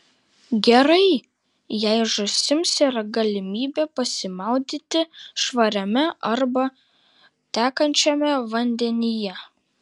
gerai jei žąsims yra galimybė pasimaudyti švariame arba tekančiame vandenyje